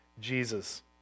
Jesus